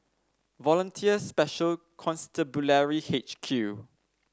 Volunteer Special Constabulary H Q